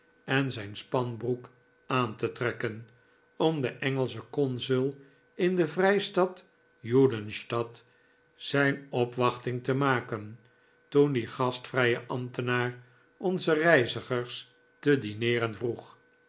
en zijn spanbroek aan te trekken om den engelschen consul in de vrijstad judenstadt zijn opwachtmg te maken toen die gastvrije ambtenaar onze reizigers te dineeren vroeg